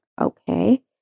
Okay